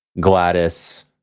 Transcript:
Gladys